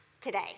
today